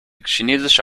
chinesische